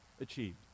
achieved